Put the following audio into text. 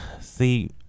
See